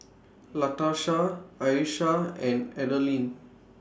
Latarsha Ayesha and Adalynn